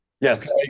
Yes